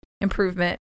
improvement